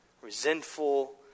resentful